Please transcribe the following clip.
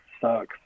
sucks